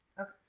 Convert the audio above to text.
Okay